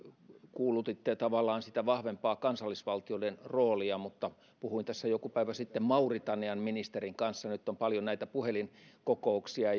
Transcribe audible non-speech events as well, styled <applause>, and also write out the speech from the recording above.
kuulutitte tavallaan sitä vahvempaa kansallisvaltioiden roolia mutta puhuin tässä joku päivä sitten mauritanian ministerin kanssa nyt on paljon näitä puhelinkokouksia <unintelligible>